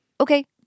Okay